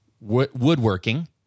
woodworking